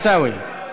עיסאווי.